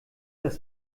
das